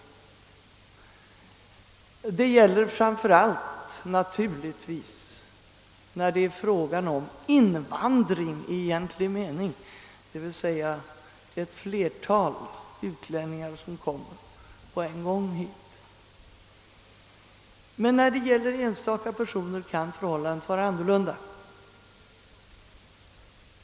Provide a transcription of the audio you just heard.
Detta gäller naturligtvis främst vid invandring i egentlig mening, d. v. s. när ett flertal utlänningar kommer hit på en gång. Beträffande enskilda personer kan förhållandet vara annorlunda.